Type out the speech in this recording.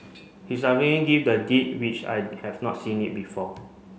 he gave the Deed which I had not seen it before